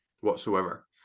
whatsoever